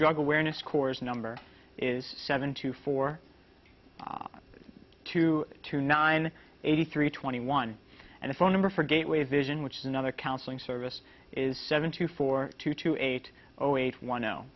drug awareness corps number is seven two four two two nine eighty three twenty one and the phone number for gateway vision which is another counseling service is seven two four two two eight zero eight one